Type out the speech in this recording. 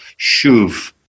shuv